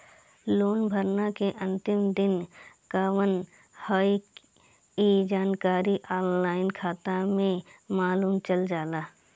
loan भरला के अंतिम दिन कवन हवे इ जानकारी ऑनलाइन खाता में मालुम चल जाला